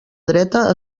dreta